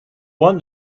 won